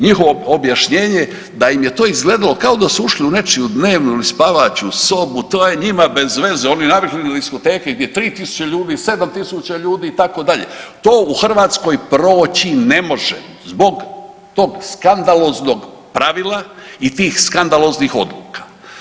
Njihovo objašnjenje da im je to izgledalo kao da su ušli u nečiju dnevnu ili spavaću sobu, to je njima bez veze, oni navikli na diskoteke gdje je 3000 ljudi, 7000 ljudi itd., to u Hrvatskoj proći ne može zbog tog skandaloznog pravila i tih skandaloznih odluka.